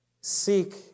seek